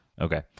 okay